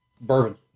bourbon